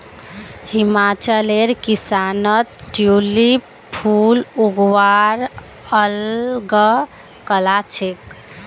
हिमाचलेर किसानत ट्यूलिप फूल उगव्वार अल ग कला छेक